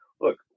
look